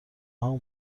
همون